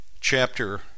chapter